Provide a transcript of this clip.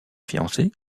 fiancée